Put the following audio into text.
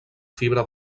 fibra